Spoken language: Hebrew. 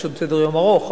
יש עוד סדר-יום ארוך,